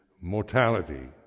mortality